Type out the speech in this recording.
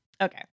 Okay